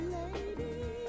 lady